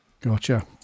Gotcha